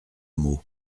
mot